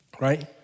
right